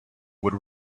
would